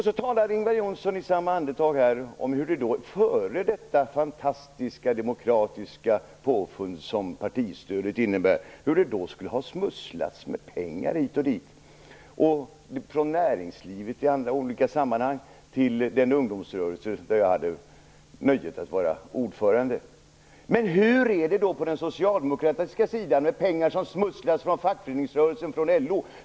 Ingvar Johnsson talar i samma andetag om hur det före det fantastiska demokratiska påfund som partistödet innebär skulle ha smusslats med pengar hit och dit från näringslivet till den ungdomsrörelse där jag hade nöjet att vara ordförande. Men hur är det på den socialdemokratiska sidan med pengar som smusslas från fackföreningsrörelsen, från LO?